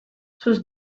sus